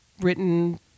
written